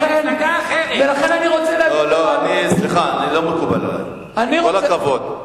סליחה, זה לא מקובל עלי, עם כל הכבוד.